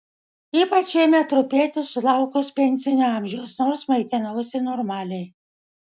ypač ėmė trupėti sulaukus pensinio amžiaus nors maitinausi normaliai